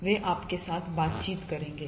वे आपके साथ बातचीत करेंगे